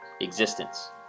existence